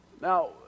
Now